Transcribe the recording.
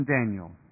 Daniel